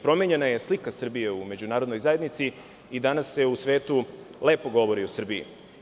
Promenjena je slika Srbije u međunarodnoj zajednici i danas se u svetu lepo govori o Srbiji.